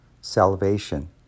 salvation